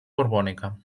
borbònica